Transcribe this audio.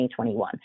2021